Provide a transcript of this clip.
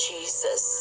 Jesus